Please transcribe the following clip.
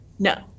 No